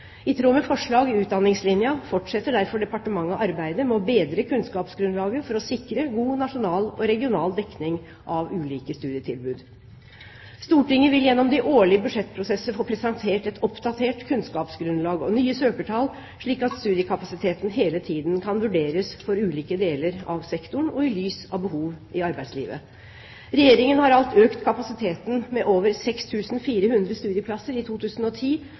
I tråd med forslag i Utdanningslinja fortsetter derfor departementet arbeidet med å bedre kunnskapsgrunnlaget for å sikre god nasjonal og regional dekning av ulike studietilbud. Stortinget vil gjennom de årlige budsjettprosesser få presentert et oppdatert kunnskapsgrunnlag og nye søkertall, slik at studiekapasiteten hele tiden kan vurderes for ulike deler av sektoren og i lys av behov i arbeidslivet. Regjeringen har alt økt kapasiteten med over 6 400 studieplasser i 2010